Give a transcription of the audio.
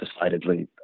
decidedly